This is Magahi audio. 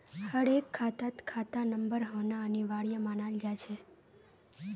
हर एक खातात खाता नंबर होना अनिवार्य मानाल जा छे